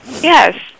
Yes